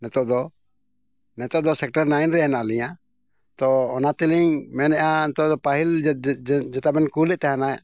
ᱱᱤᱛᱳᱜ ᱫᱚ ᱱᱤᱛᱳᱜ ᱫᱚ ᱥᱮᱠᱴᱟᱨ ᱱᱟᱭᱤᱱ ᱨᱮ ᱦᱮᱱᱟᱜ ᱞᱤᱧᱟᱹ ᱛᱚ ᱚᱱᱟ ᱛᱮᱞᱤᱧ ᱢᱮᱱᱮᱫᱼᱟ ᱱᱤᱛᱳᱜ ᱫᱚ ᱯᱟᱹᱦᱤᱞ ᱡᱮᱴᱟᱵᱮᱱ ᱠᱳᱞᱮᱫ ᱛᱟᱦᱮᱱᱟ